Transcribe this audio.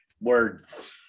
Words